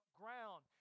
ground